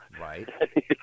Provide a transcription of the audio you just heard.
right